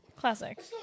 classic